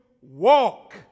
Walk